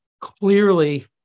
Clearly